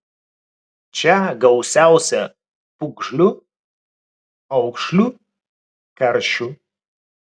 čia gausiausia pūgžlių aukšlių karšių